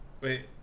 Wait